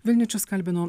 vilniečius kalbino